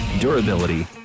durability